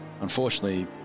Unfortunately